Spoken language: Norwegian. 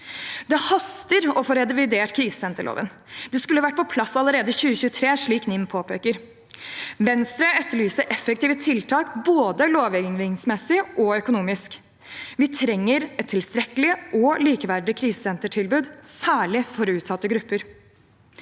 Det haster å få revidert krisesenterloven. Det skulle vært på plass allerede i 2023, slik NIM påpeker. Venstre etterlyser effektive tiltak, både lovgivningsmessig og økonomisk. Vi trenger et tilstrekkelig og likeverdig krisesentertilbud, særlig for utsatte grupper.